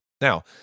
Now